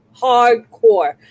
Hardcore